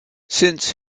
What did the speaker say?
since